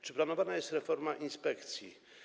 Czy planowana jest reforma inspekcji?